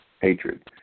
hatred